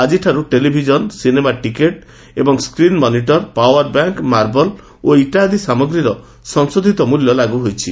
ଆଜିଠାରୁ television cinema ticket ଏବଂ screen monitor power bank marble ଇଟା ଆଦି ସାମଗ୍ରୀର ସଂଶୋଧିତ ମୁଲ୍ୟ ଲାଗୁ ହୋଇଛି